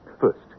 First